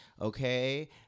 okay